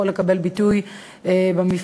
יכול לקבל ביטוי במפלגות.